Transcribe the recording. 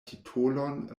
titolon